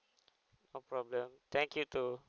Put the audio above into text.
no problem thank you too